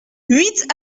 huit